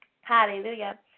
Hallelujah